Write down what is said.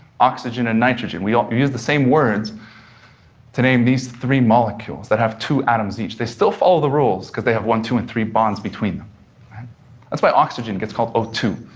oxygen and nitrogen we um use the same words to name these three molecules that have two atoms each. they still follow the rules, because they have one, two and three bonds between that's why oxygen gets called o two.